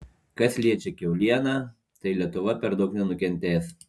kas liečia kiaulieną tai lietuva per daug nenukentės